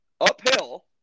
uphill